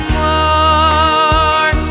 more